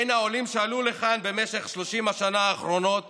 בין העולים שעלו לכאן במשך 30 השנים האחרונות